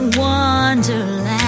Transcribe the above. wonderland